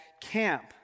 camp